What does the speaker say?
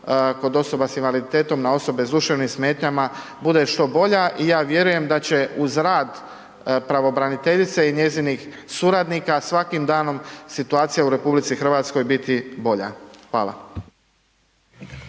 kod osoba s invaliditetom na osobe s duševnim smetnjama, bude što bolja i ja vjerujem da će uz rad pravobraniteljice i njezinih suradnika svakim danom situacija u RH biti bolja. Hvala.